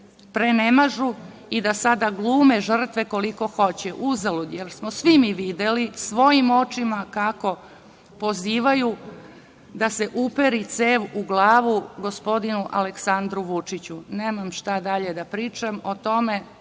prenemažu i da sada glume žrtve, koliko hoće. Uzalud je, jer smo svi mi videli, svojim očima, kako pozivaju da se uperi cev u glavu gospodinu Aleksandru Vučiću. Nemam šta dalje da pričam o tome,